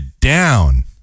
down